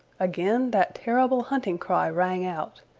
again that terrible hunting cry rang out,